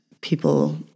people